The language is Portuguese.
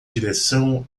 direção